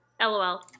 LOL